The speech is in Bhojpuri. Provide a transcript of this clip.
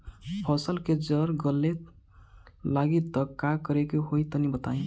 फसल के जड़ गले लागि त का करेके होई तनि बताई?